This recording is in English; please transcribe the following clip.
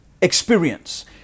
experience